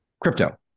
crypto